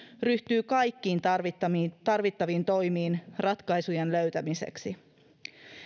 ryhtyy kaikkiin tarvittaviin tarvittaviin toimiin ratkaisujen löytämiseksi